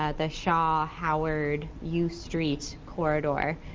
ah the shaw howard u street corridor,